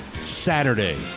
Saturday